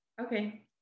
okay